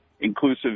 inclusive